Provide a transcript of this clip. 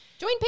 Join